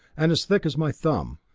and as thick as my thumb.